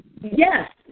Yes